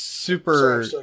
Super